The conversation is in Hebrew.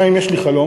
גם אם יש לי חלום,